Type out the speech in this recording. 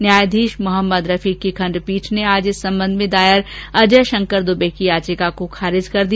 न्यायाधीश मोहम्मद रफीक की खंडपीठ ने आज इस संबंध में दायर अजय शंकर दुबे की याचिका को खारिज कर दिया